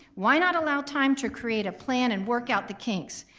why not allow time to create a plan and work out the kinks,